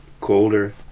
colder